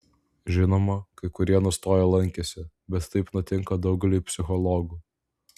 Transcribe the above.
žinoma kai kurie nustojo lankęsi bet taip nutinka daugeliui psichologų